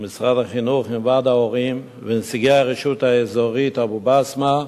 במשרד החינוך עם ועד ההורים ונציגי הרשות האזורית אבו-בסמה,